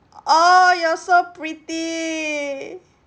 oh you're so pretty